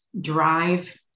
drive